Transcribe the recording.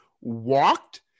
walked